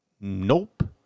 nope